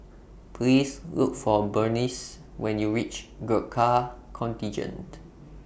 Please Look For Berneice when YOU REACH Gurkha Contingent